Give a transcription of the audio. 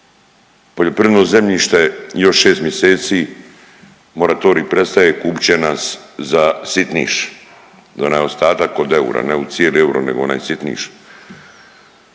poljoprivredno zemljište još 6 mjeseci moratorij prestaje, kupit će nas za sitniš, to je onaj ostatak od eura, ne u cijeli euro nego onaj sitniš.